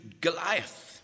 Goliath